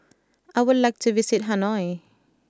I would like to visit Hanoi